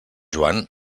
joan